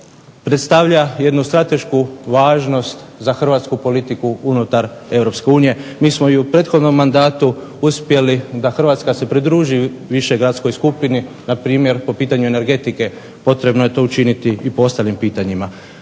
predstavlja jednu stratešku važnost za Hrvatsku politiku unutar EU. Mi smo i u prethodnom mandatu uspjeli da Hrvatska se pridruži više gradskoj skupini npr. po pitanju energetike, potrebno je to učiniti i po ostalim pitanjima.